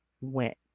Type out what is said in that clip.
went